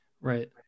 Right